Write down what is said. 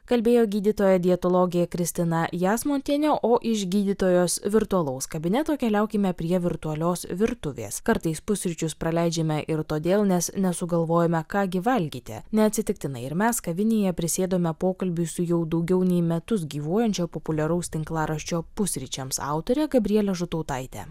kalbėjo gydytoja dietologė kristina jasmontienė o iš gydytojos virtualaus kabineto keliaukime prie virtualios virtuvės kartais pusryčius praleidžiame ir todėl nes nesugalvojome ką gi valgyti neatsitiktinai ir mes kavinėje prisėdome pokalbiui su jau daugiau nei metus gyvuojančio populiaraus tinklaraščio pusryčiams autore gabrielė žutautaite